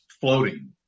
floating